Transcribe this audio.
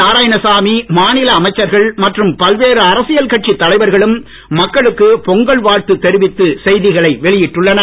நாராயணசாமி மாநில அமைச்சர்கள் மற்றும் பல்வேறு அரசியல் கட்சித் தலைவர்களும் மக்களுக்கு பொங்கல் வாழ்த்து தெரிவித்து செய்திகளை வெளியிட்டுள்ளனர்